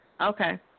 Okay